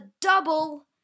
double